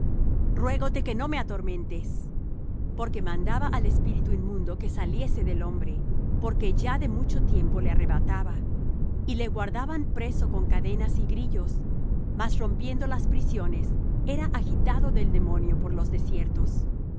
ruégote que no me atormentes porque mandaba al espíritu inmundo que saliese del hombre porque ya de mucho tiempo le arrebataba y le guardaban preso con cadenas y grillos mas rompiendo las prisiones era agitado del demonio por los desiertos